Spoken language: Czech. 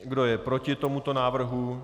Kdo je proti tomuto návrhu?